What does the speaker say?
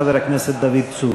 חבר הכנסת דוד צור.